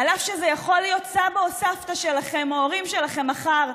אף שאלה יכולים להיות סבא וסבתא שלכם או ההורים שלכם מחר,